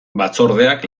batzordeak